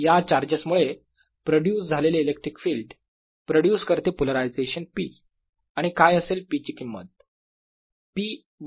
या चार्जेस मुळे प्रोड्युस झालेले इलेक्ट्रिक फिल्ड प्रोड्यूस करते पोलरायझेशन p आणि काय असेल p ची किंमत